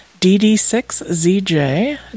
DD6ZJ